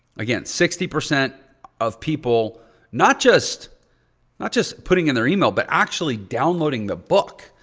again, sixty percent of people not just not just putting in their email but actually downloading the book.